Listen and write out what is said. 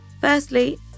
Firstly